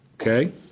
Okay